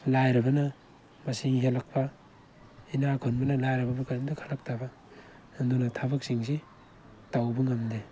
ꯂꯥꯏꯔꯕꯅ ꯃꯁꯤꯡ ꯍꯦꯜꯂꯛꯄ ꯏꯅꯥꯈꯨꯟꯕꯅ ꯂꯥꯏꯔꯕꯕꯨ ꯀꯔꯤꯝꯇ ꯈꯜꯂꯛꯇꯕ ꯑꯗꯨꯅ ꯊꯕꯛꯁꯤꯡꯁꯤ ꯇꯧꯕ ꯉꯝꯗꯦ